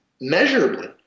Measurably